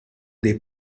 dei